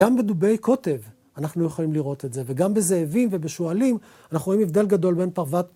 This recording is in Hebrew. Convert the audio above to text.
גם בדובי קוטב, אנחנו יכולים לראות את זה, וגם בזאבים ובשועלים אנחנו רואים הבדל גדול בין פרוות...